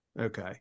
Okay